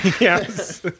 Yes